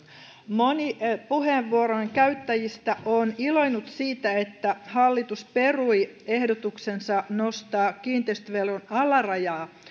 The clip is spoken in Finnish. moni puheenvuoron käyttäjistä on iloinnut siitä että hallitus perui ehdotuksensa nostaa kiinteistöveron alarajaa